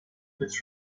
could